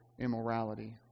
immorality